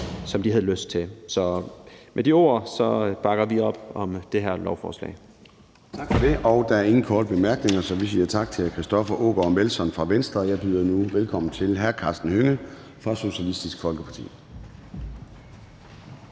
som de havde lyst til. Med de ord bakker vi op om det her lovforslag.